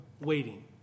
waiting